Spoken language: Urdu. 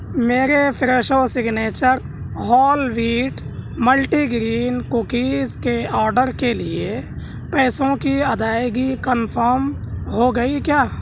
میرے Fresho signature whole wheat multi grain cookies کے آڈر کے لیے پیسوں کی ادائیگی کنفم ہو گئی کیا